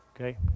okay